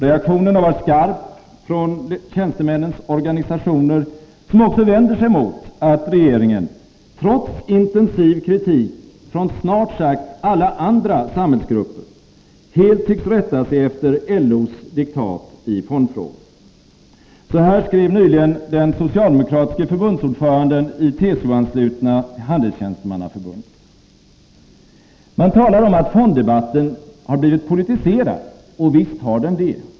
Reaktionen har varit skarp från tjänstemännens organisationer, som också vänder sig mot att regeringen — trots intensiv kritik från snart sagt alla andra samhällsgrupper — helt tycks rätta sig efter LO:s diktat i fondfrågan. Så här skrev nyligen den socialdemokratiske förbundsordföranden i TCO-anslutna Handelstjänstemannaförbundet: ”Man talar om att fonddebatten har blivit politiserad, och visst har den det.